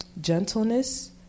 gentleness